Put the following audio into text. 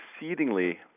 exceedingly